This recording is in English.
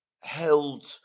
held